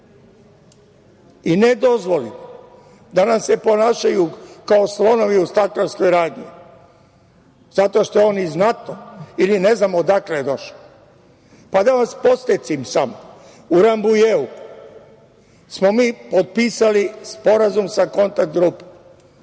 i ne dozvolimo da nam se ponašaju kao slonovi u staklarskoj radnji, zato što je on iz NATO ili ne znam odakle je došao. Da vas podsetim samo. U Rambujeu smo mi potpisali Sporazum sa Kontakt grupom